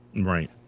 Right